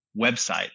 website